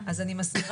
אז אני מזכירה,